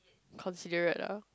considerate ah